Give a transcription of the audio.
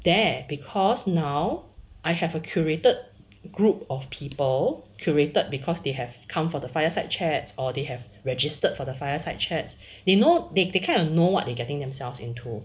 there because now I have a curated group of people curated because they have come from the fireside chat or they have registered for the fireside chats they know they kind of know what they're getting themselves into